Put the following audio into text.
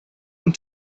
went